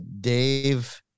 Dave